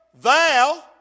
thou